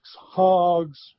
hogs